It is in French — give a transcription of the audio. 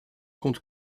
compte